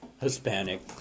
Hispanic